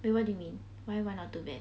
wait what do you mean why why not too bad